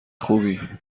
خوبی